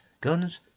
guns